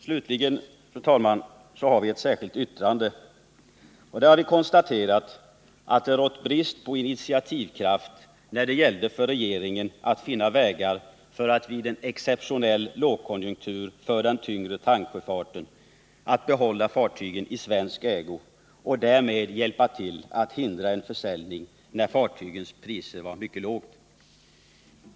Slutligen, fru talman, har vi i ett särskilt yttrande konstaterat att det rått brist på initiativkraft hos regeringen när det gällde att finna vägar för att vid en exceptionell lågkonjunktur för den tyngre tanksjöfarten behålla fartygen i svensk ägo och därmed hjälpa till att hindra en försäljning när fartygens priser var mycket låga.